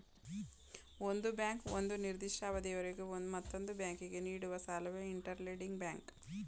ಒಂದು ಬ್ಯಾಂಕು ಒಂದು ನಿರ್ದಿಷ್ಟ ಅವಧಿಯವರೆಗೆ ಮತ್ತೊಂದು ಬ್ಯಾಂಕಿಗೆ ನೀಡುವ ಸಾಲವೇ ಇಂಟರ್ ಲೆಂಡಿಂಗ್ ಬ್ಯಾಂಕ್